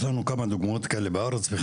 יש לנו כמה דוגמאות כאלה בארץ,